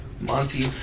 Monty